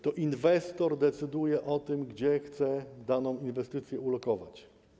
To inwestor decyduje o tym, gdzie chce daną inwestycję ulokować.